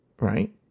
Right